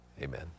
Amen